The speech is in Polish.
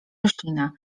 roślina